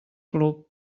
club